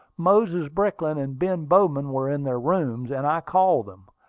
moses brickland and ben bowman were in their rooms, and i called them.